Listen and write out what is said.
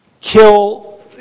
Kill